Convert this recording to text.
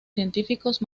científicos